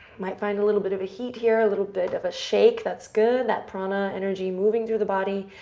might find a little bit of a heat here. a little bit of a shake. that's good. that prana energy moving through the body,